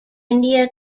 india